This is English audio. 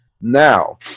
Now